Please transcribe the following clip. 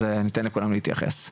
אז ניתן לכולם להתייחס,